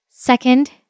Second